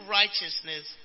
righteousness